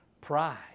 pride